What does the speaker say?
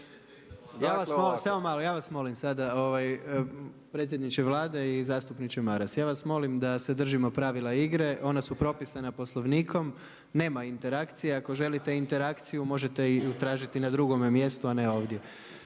ja vas molim sada, predsjedniče Vlade i zastupniče Maras, ja vas molim da se držimo pravila igre, ona su propisana Poslovnikom, nema interakcija, ako želite interakciju možete ju tražiti na drugome mjestu a ne ovdje.